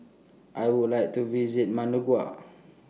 I Would like to visit Managua